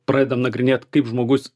pradedam nagrinėt kaip žmogus